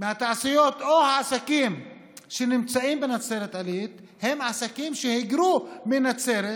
מהתעשיות או העסקים שנמצאים בנצרת עילית שהם עסקים שהיגרו מנצרת